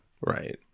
Right